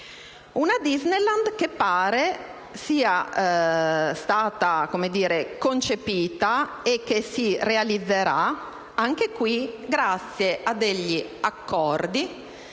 Una Disneyland che pare sia stata concepita e che si realizzerà anche in questo caso grazie a degli accordi